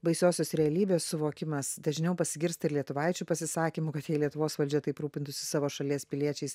baisiosios realybės suvokimas dažniau pasigirsta ir lietuvaičių pasisakymų kad jei lietuvos valdžia taip rūpintųsi savo šalies piliečiais